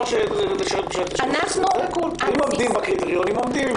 לשרת בשייטת 13. אם עומדים בקריטריונים עומדים,